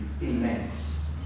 immense